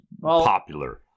popular